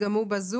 גם הוא בזום,